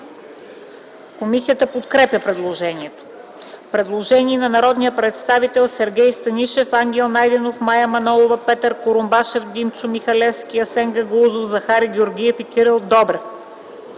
което е подкрепено от комисията. Предложение от народните представители Сергей Станишев, Ангел Найденов, Мая Манолова, Петър Курумбашев, Димчо Михалевски, Асен Гагаузов, Захари Георгиев и Кирил Добрев